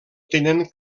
tenen